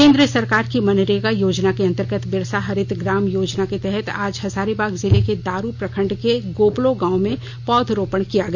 केंद्र सरकार की मनरेगा योजना के अंतर्गत बिरसा हरित ग्राम योजना के तहत आज हजारीबाग जिले के दारू प्रखंड के गोपलो गांव में पौधरोपण किया गया